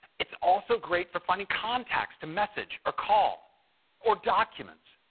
it's also great for finding contacts to message or call or documents.